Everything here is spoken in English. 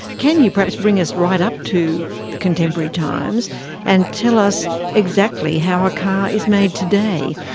can you perhaps bring us right up to contemporary times and tell us exactly how a car is made today?